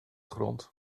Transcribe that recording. grond